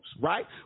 right